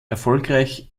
erfolgreich